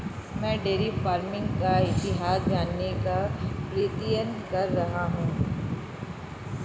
मैं dairy farming का इतिहास जानने का प्रयत्न कर रहा हूं